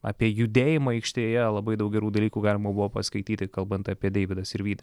apie judėjimą aikštėje labai daug gerų dalykų galima buvo paskaityti kalbant apie deividą sirvydį